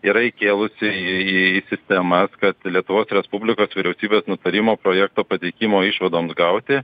yra įkėlusi į į sistemas kad lietuvos respublikos vyriausybės nutarimo projekto pateikimo išvadoms gauti